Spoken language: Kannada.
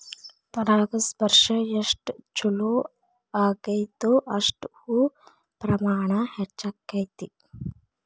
ಪರಾಗಸ್ಪರ್ಶ ಎಷ್ಟ ಚುಲೋ ಅಗೈತೋ ಅಷ್ಟ ಹೂ ಪ್ರಮಾಣ ಹೆಚ್ಚಕೈತಿ